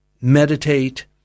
meditate